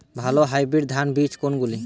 ভালো হাইব্রিড ধান বীজ কোনগুলি?